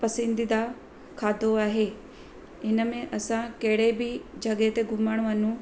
पसींदीदा खाधो आहे हिनमें असां कहिड़े बि जॻह ते घुमण वञूं